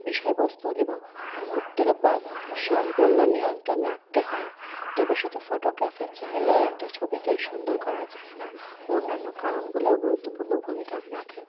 বিষয়বস্তু এবং মুহূর্তের ওপর সম্পূর্ণ নিয়ন্ত্রণ রাখতে হয় তবে শুধু ফটোগ্রাফার চাইলেই একটা ছবিকে সুন্দর করা যায় না অন্যান্য কারণগুলো গুরুত্বপূর্ণ ভূমিকা রাখে